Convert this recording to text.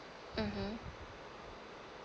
mmhmm